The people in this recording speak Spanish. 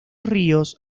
ríos